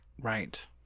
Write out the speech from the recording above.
right